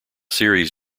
series